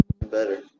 better